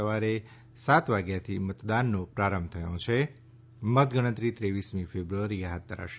સવારે સાત વાગ્યાથી મતદાનનો પ્રારંભ થયો છે અને મતગણતરી ત્રેવીસમી ફેબ્રુઆરીએ હાથ ધરાશે